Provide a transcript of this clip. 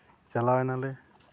ᱪᱟᱞᱟᱣᱮᱱᱟ ᱞᱮ